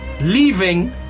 leaving